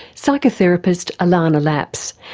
psychotherapist ilana laps,